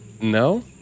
No